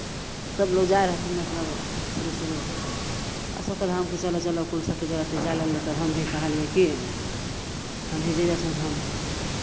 सभ लोक जाइत रहथिन मतलब शुरू शुरू अशोक धाम कि चलू चलू कुल सखी जे अथि जाय लगलै तऽ हम भी कहलियै कि हम भी जयबै अशोक धाम